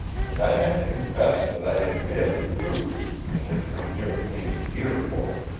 and i had to confess that i had failed in prudence and had come near to paying dear for it.